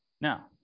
Now